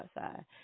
outside